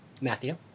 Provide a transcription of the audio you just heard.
matthew